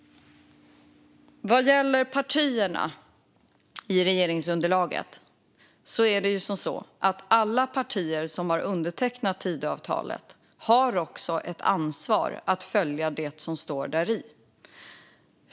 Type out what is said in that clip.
Vad gäller partierna i regeringsunderlaget är det som så att alla partier som har undertecknat Tidöavtalet också har ett ansvar att följa det som står däri.